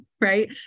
right